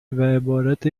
عبارت